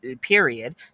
period